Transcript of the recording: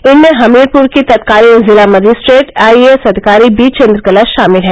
इनमें हमीरपुर की तत्कालीन जिला मजिस्ट्रेट आई ए एस अधिकारी बी चंद्रकला शामिल हैं